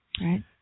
Right